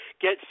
get